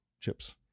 chips